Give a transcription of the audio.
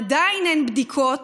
עדיין אין בדיקות,